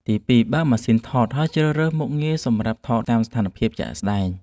ទី2 បើកម៉ាស៊ីនថតហើយជ្រើសរើសមុខងារសម្រាប់ថតស្របតាមស្ថានភាពជាក់ស្តែង។